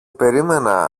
περίμενα